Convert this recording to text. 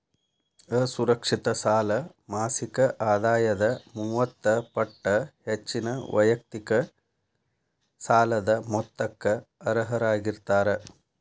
ಅಸುರಕ್ಷಿತ ಸಾಲ ಮಾಸಿಕ ಆದಾಯದ ಮೂವತ್ತ ಪಟ್ಟ ಹೆಚ್ಚಿನ ವೈಯಕ್ತಿಕ ಸಾಲದ ಮೊತ್ತಕ್ಕ ಅರ್ಹರಾಗಿರ್ತಾರ